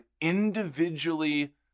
individually